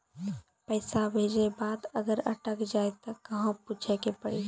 पैसा भेजै के बाद अगर अटक जाए ता कहां पूछे के पड़ी?